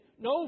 no